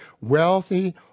wealthy